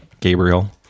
gabriel